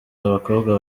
abakobwa